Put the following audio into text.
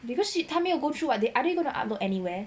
because she tell me to go through what are they going to upload anywhere